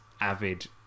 avid